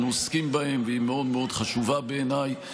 עוסקים בהן והיא מאוד מאוד חשובה בעיניי.